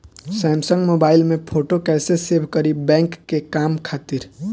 Samsung mobile में photo कैसे save करीं बैंक के काम खातिर?